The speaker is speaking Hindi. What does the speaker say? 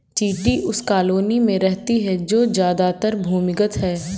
चींटी उस कॉलोनी में रहती है जो ज्यादातर भूमिगत है